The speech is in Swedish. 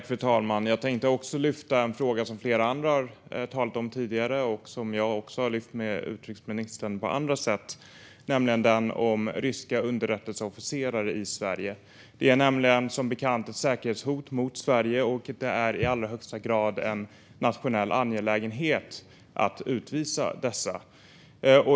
Fru talman! Jag tänkte också ta upp en fråga som flera andra har talat om tidigare och som jag också har lyft med utrikesministern på andra sätt, nämligen den om ryska underrättelseofficerare i Sverige. Det är som bekant ett säkerhetshot mot Sverige, och det är i allra högsta grad en nationell angelägenhet att utvisa dessa.